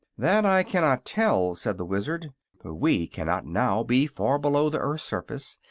that i cannot tell, said the wizard but we cannot now be far below the earth's surface,